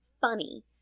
funny